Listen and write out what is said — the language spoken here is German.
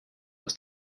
aus